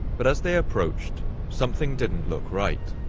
but as they approached, something didn't look right.